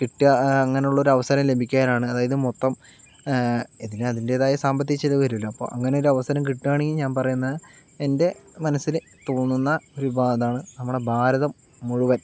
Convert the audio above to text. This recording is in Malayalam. കിട്ടിയാല് അങ്ങനെ ഉള്ളൊരു അവസരം ലഭിക്കാനാണ് അതായത് മൊത്തം ഇതിനു അതിന്റേതായ സമ്പത്തിക ചിലവ് വരുമല്ലോ അപ്പം അങ്ങനെയൊരു അവസരം കിട്ടുകയാണെങ്കിൽ ഞാന് പറയുന്നത് എന്റെ മനസ്സിൽ തോന്നുന്നത് നമ്മുടെ ഭാരതം മുഴുവന്